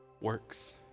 works